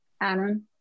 Adam